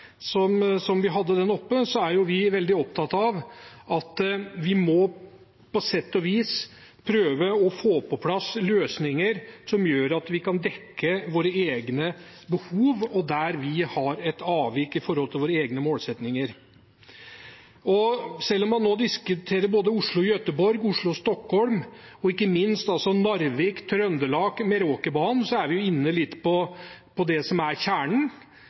må prøve å få på plass løsninger som gjør at vi kan dekke våre egne behov, og der vi har et avvik i forhold til våre egne målsettinger. Selv om man nå diskuterer både Oslo–Göteborg og Oslo–Stockholm og ikke minst Narvik, Trøndelag og Meråkerbanen, er vi inne på det som er kjernen.